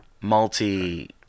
multi